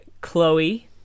Chloe